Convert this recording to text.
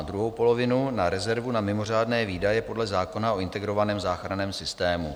Druhou polovinu na rezervu na mimořádné výdaje podle zákona o integrovaném záchranném systému.